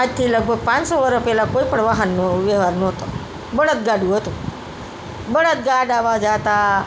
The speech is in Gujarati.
આજથી લગભગ પાંચસો વર્ષ પહેલાં કોઈ પણ વાહનવ્યવહાર ન તો બળદગાડુ હતું બળદગાડામાં જતા